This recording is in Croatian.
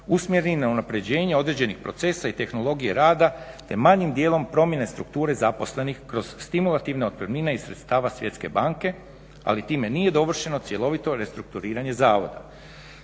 usmjereni na unapređenja određenih procesa i tehnologije rada te manjim djelom promjene strukture zaposlenih kroz stimulativno otpremnina i sredstava Svjetske banke, ali time nije dovršeno cjelovito restrukturiranje zavoda.